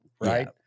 right